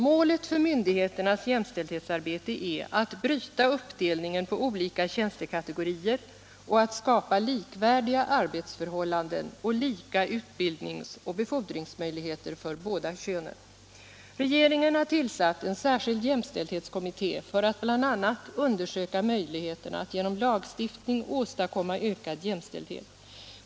Målet för myndigheternas jämställdhetsarbete är att bryta uppdelningen på olika tjänstekategorier och skapa likvärdiga arbetsförhållanden samt lika utbildningsoch befordringsmöjligheter för båda könen. Regeringen har tillsatt en särskild jämställdhetskommitté för att bl.a. undersöka möjligheterna att genom lagstiftning åstadkomma ökad jämställdhet.